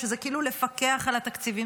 שזה כאילו לפקח על התקציבים.